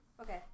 Okay